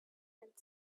and